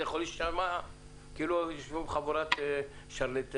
זה יכול להישמע כאילו יושבת פה חבורת שרלטנים